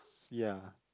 ya